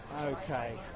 Okay